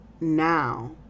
now